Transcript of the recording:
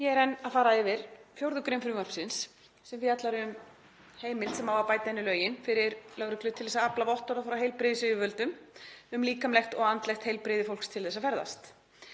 Ég er enn að fara yfir 4. gr. frumvarpsins sem fjallar um heimild sem á að bæta inn í lögin fyrir lögreglu til þess að afla vottorða frá heilbrigðisyfirvöldum um líkamlegt og andlegt heilbrigði fólks til að ferðast.